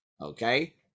okay